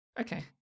Okay